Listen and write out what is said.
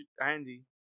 Andy